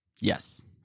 Yes